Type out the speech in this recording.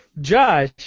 Josh